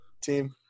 team